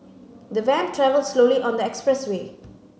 the van travelled slowly on the expressway